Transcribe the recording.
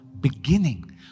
beginning